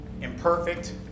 imperfect